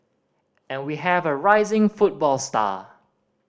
and we have a rising football star